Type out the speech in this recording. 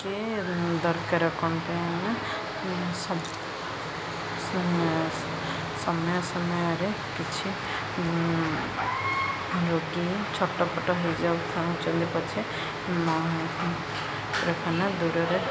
କିଏ ଦରକାର କ'ଣ ପାଇଁ ସମୟ ସମୟରେ କିଛି ରୋଗୀ ଛୋଟପଟ ହେଇଯାଉଛନ୍ତି ପଛେ ଡାକ୍ତରଖାନା ଦୂରରେ